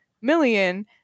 million